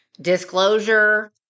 disclosure